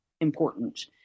important